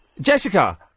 Jessica